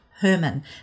Herman